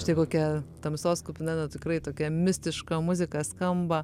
štai kokia tamsos kupina na tikrai tokia mistiška muzika skamba